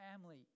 family